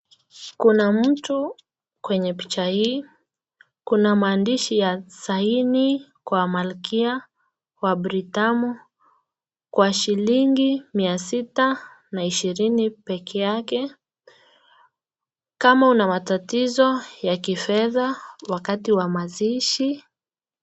Kuna mtu kwenye picha hii, kuna maandishi ya saini kwa malkia wa Britamu, kwa shilingi mia sita na ishirini pekee yake, kama una matatizo wa kifedha wakati wa mazishi.